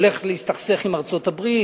הולך להסתכסך עם ארצות-הברית,